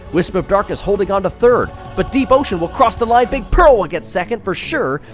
wisp of darkness holding on to third, but deep ocean will cross the line! big pearl will get second for sure!